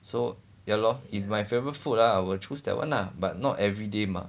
so ya lor if my favorite food ah I will choose that one lah but not everyday mah